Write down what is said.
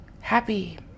happy